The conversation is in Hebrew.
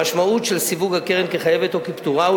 המשמעות של סיווג הקרן כחייבת או כפטורה היא